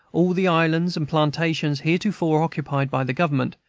all the islands and plantations heretofore occupied by the government,